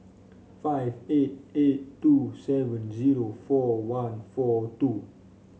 five eight eight two seven zero four one four two